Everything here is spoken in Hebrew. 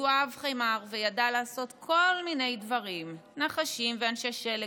הוא אהב חמר וידע לעשות כל מיני דברים: נחשים ואנשי שלג,